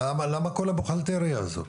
למה כל הבלגן הזה?